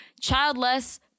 childless